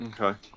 Okay